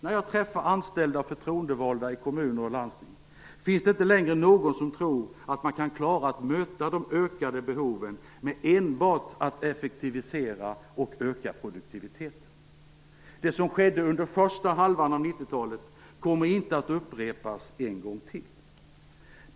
När jag träffar anställda och förtroendevalda i kommuner och landsting finns det inte längre någon som tror att man kan klara att möta de ökade behoven enbart genom att effektivisera och öka produktiviteten. Det som skedde under första halvan av 1990-talet kommer inte att upprepas en gång till.